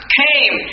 came